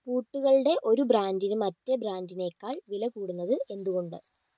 പൂട്ടുകളുടെ ഒരു ബ്രാൻഡിന് മറ്റേ ബ്രാൻഡിനേക്കാൾ വിലകൂടുന്നത് എന്തുകൊണ്ട്